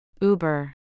Uber